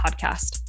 podcast